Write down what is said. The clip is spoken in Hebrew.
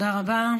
תודה רבה.